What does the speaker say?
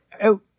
out